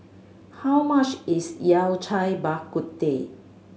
how much is Yao Cai Bak Kut Teh